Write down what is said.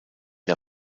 der